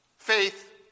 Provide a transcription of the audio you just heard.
Faith